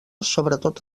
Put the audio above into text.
sobretot